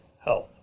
health